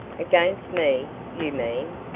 against me, you mean?